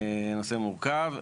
הנושא מורכב.